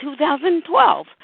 2012